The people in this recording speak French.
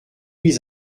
mise